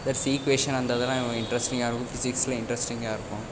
that's equation அந்த இதெலாம் இன்ட்ரஸ்டிங்காக இருக்கும் ஃபிசிக்ஸில் இன்ட்ரஸ்டிங்காக இருக்கும்